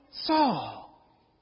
Saul